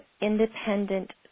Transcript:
independent